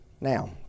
Now